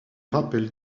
rappelle